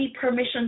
permission